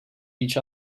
each